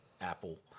Apple